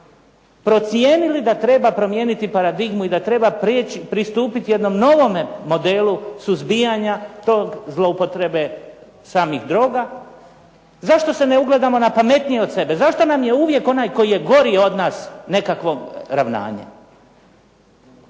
procijenili da treba promijeniti paradigmu i da treba pristupiti jednom novome modelu suzbijanja tog zloupotrebe samih droga. Zašto se ne ugledamo na pametnije od sebe? Zašto nam je uvijek onaj koji je gori od nas nekakvo ravnanje?